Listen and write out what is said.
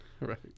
Right